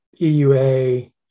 EUA